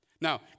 Now